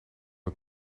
het